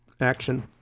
action